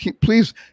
Please